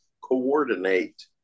coordinate